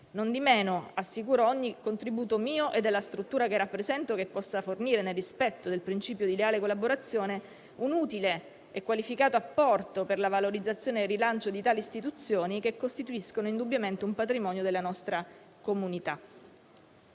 Nondimeno assicuro ogni contributo mio e della struttura che rappresento che possa fornire, nel rispetto del principio di leale collaborazione, un utile e qualificato apporto per la valorizzazione e il rilancio di tali istituzioni che costituiscono indubbiamente un patrimonio della nostra comunità.